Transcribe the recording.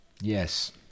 Yes